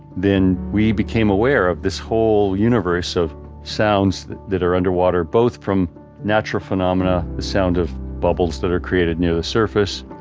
then we became aware of this whole universe of sounds that that are underwater both from natural phenomena, the sound of bubbles that are created near the surface